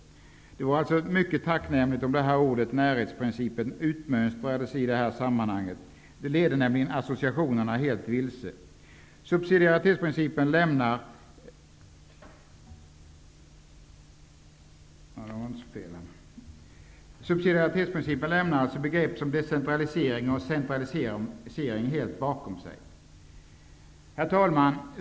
Det vore alltså mycket tacknämligt om ordet ''närhetsprincipen'' utmönstrades i det här sammanhanget. Det leder nämligen associationerna vilse. Subsidiaritetsprincipen lämnar alltså begrepp som decentralisering och centralisering bakom sig. Herr talman!